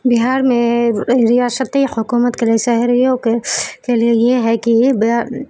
بہار میں ریاستی حکومت کے شہریوں کے لیے یہ ہے کہ